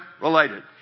related